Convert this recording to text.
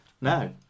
Now